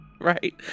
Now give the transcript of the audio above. Right